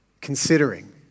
considering